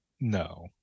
No